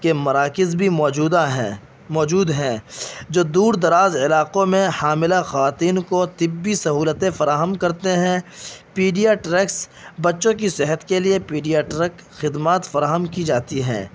کے مراکز بھی موجودہ ہیں موجود ہیں جو دور دراز علاقوں میں حاملہ خواتین کو طبی سہولتیں فراہم کرتے ہیں پیڈیا ٹرگس بچوں کی صحت کے لیے پیڈیا ٹرک خدمات فراہم کی جاتی ہیں